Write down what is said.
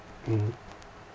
mmhmm